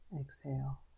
Exhale